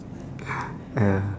ya